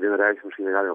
vienareikšmiškai negalima